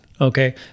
okay